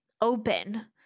open